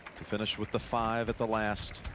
to finish with the five of the last.